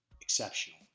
exceptional